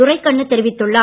துரைக்கண்ணு தெரிவித்துள்ளார்